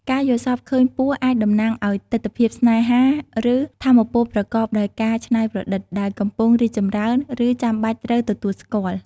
ការយល់សប្តិឃើញពស់អាចតំណាងឱ្យទិដ្ឋភាពស្នេហា ឬថាមពលប្រកបដោយការច្នៃប្រឌិត ដែលកំពុងរីកចម្រើន ឬចាំបាច់ត្រូវទទួលស្គាល់។